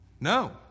No